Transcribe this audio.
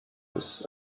was